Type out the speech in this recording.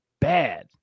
bad